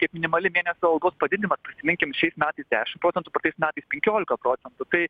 kaip minimali mėnesio algos padidinimą prisiminkim šiais metais dešimt praeitais metais penkiolika procentų tai